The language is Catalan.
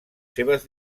seves